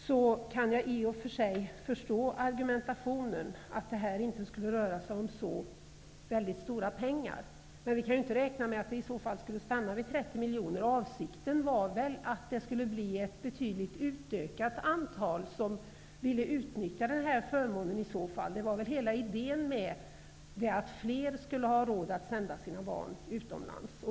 Jag kan i och för sig förstå argumentationen, dvs. att det inte skulle röra sig om så mycket pengar. Men vi kan inte räkna med att summan skall stanna vid 30 miljoner kronor. Avsikten var väl att det skulle bli ett betydligt utökat antal föräldrar som ville utnyttja förmånen. Hela diskussionen är att fler skall ha råd att sända sina barn utomlands.